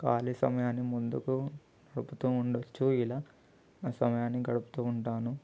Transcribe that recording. ఖాళీ సమయాన్ని ముందుకు జరుపుతూ ఉండొచ్చు ఇలా ఆ సమయాన్ని గడుపుతూ ఉంటాను